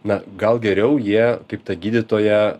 na gal geriau jie kaip ta gydytoja